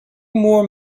more